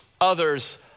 others